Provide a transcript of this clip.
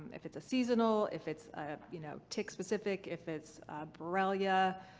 if it's a seasonal, if it's ah you know tick specific, if it's borrelia,